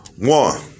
One